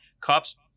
cops